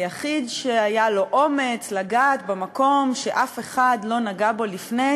היחיד שהיה לו אומץ לגעת במקום שאף אחד לא נגע בו לפני,